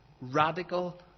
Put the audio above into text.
Radical